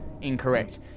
Incorrect